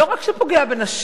לא רק שהוא פוגע בנשים.